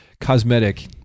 cosmetic